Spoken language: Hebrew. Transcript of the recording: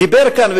דיברת כאן,